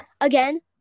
again